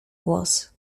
głos